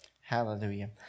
hallelujah